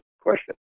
question